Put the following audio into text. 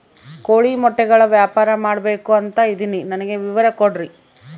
ಕೋಳಿ ಮೊಟ್ಟೆಗಳ ವ್ಯಾಪಾರ ಮಾಡ್ಬೇಕು ಅಂತ ಇದಿನಿ ನನಗೆ ವಿವರ ಕೊಡ್ರಿ?